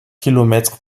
kilomètres